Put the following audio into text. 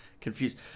confused